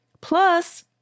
Plus